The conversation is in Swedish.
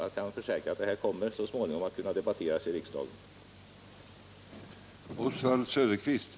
Jag kan försäkra att det så småningom kommer att ges möjligheter att debattera frågan i riksdagen.